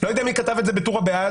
לא יודע מי כתב את זה בטור הבעד.